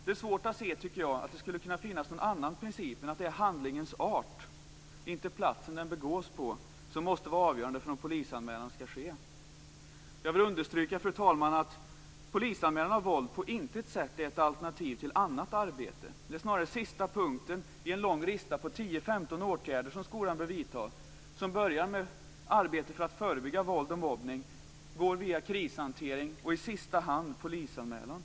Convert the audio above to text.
Jag tycker att det är svårt att se att det skulle kunna finnas någon annan princip än att det är handlingens art, inte platsen som den begås på, som måste vara avgörande för om polisanmälan skall ske. Jag vill understryka, fru talman, att polisanmälan av våld på intet sätt är ett alternativ till annat arbete. Det är snarare sista punkten i en lång lista på 10-15 åtgärder som skolan bör vidta. Den börjar med arbete för att förebygga våld och mobbning och går via krishantering till i sista hand polisanmälan.